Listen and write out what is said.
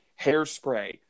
hairspray